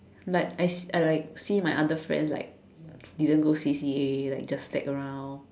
like I see I like see my other friends like didn't go C_C_A like just slack around